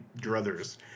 druthers